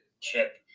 Chip